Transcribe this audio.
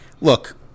Look